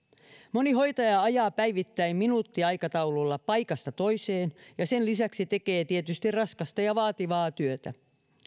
moni hoitaja ajaa päivittäin minuuttiaikataululla paikasta toiseen ja sen lisäksi tekee tietysti raskasta ja vaativaa työtä